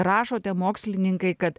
rašote mokslininkai kad